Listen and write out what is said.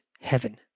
heaven